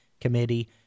Committee